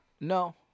no